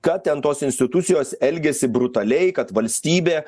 kad ten tos institucijos elgiasi brutaliai kad valstybė